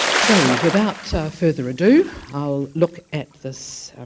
so without further ado, i'll look at this